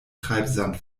treibsand